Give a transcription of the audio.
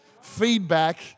feedback